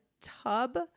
tub